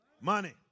Money